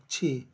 पक्षी